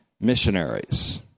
missionaries